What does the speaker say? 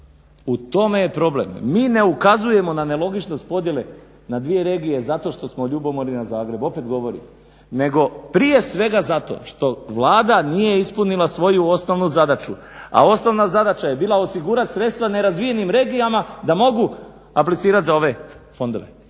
u tome je problem. Mi ne ukazujemo na nelogičnost podjele na dvije regije zato što smo ljubomorni na Zagreb, opet govorim, nego prije svega zato što Vlada nije ispunila svoju osnovnu zadaću, a osnovna zadaća je bila osigurat sredstva nerazvijenim regijama da mogu aplicirat za ove fondove.